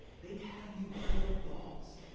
they have you by the balls.